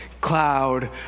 cloud